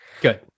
Good